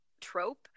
trope